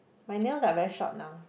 my nails are very short now